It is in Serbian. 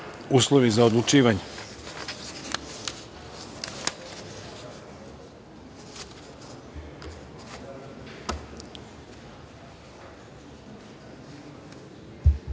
uslovi za odlučivanje. Pre